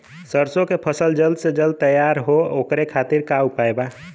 सरसो के फसल जल्द से जल्द तैयार हो ओकरे खातीर का उपाय बा?